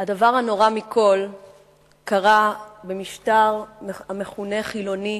הדבר הנורא מכול קרה במשטר המכונה חילוני,